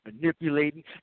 manipulating